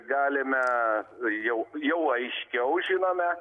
galime jau jau aiškiau žinome